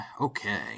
Okay